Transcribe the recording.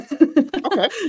Okay